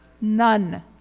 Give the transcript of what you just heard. None